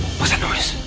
what's that noise?